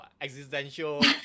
existential